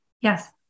Yes